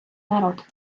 народ